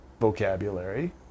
vocabulary